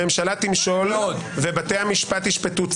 הממשלה תמשול ובתי המשפט ישפטו צדק,